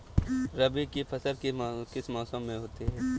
रबी की फसल किस मौसम में होती है?